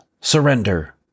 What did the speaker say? Surrender